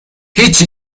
هیچی